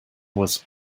was